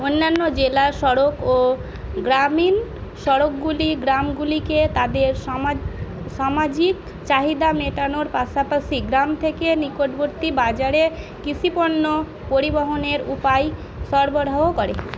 অন্যান্য জেলা সড়ক ও গ্রামীণ সড়কগুলি গ্রামগুলিকে তাদের সামাজিক চাহিদা মেটানোর পাশাপাশি গ্রাম থেকে নিকটবর্তী বাজারে কৃষিপণ্য পরিবহনের উপায় সরবরাহ করে